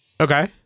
Okay